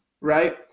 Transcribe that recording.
right